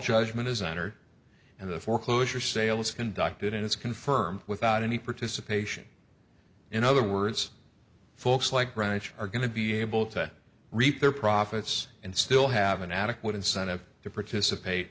judgment is entered and the foreclosure sale is conducted and it's confirmed without any participation in other words folks like greenwich are going to be able to reap their profits and still have an adequate incentive to participate